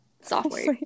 software